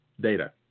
data